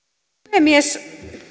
puhemies